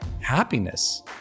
happiness